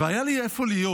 והיה לי איפה להיות.